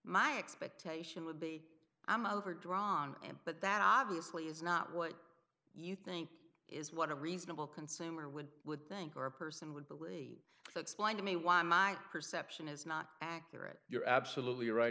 my expectation would be i'm overdrawn but that obviously is not what you think is what a reasonable consumer would would think or a person would believe so explain to me why my perception is not accurate you're absolutely right